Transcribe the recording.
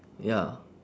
ya